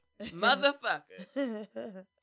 motherfucker